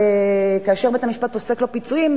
כאשר בית-המשפט פוסק לו פיצויים,